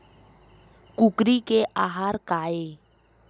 कुकरी के आहार काय?